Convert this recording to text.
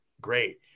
great